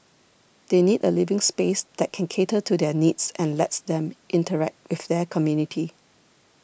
they need a living space that can cater to their needs and lets them interact with their community